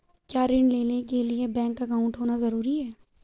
क्या ऋण लेने के लिए बैंक अकाउंट होना ज़रूरी है?